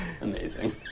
Amazing